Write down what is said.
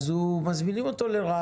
יש לי איזה חבר שמזמינים אותו לראיונות,